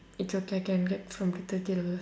it's okay I can get from the thirty dollars